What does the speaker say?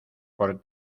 por